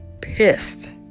pissed